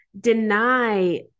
deny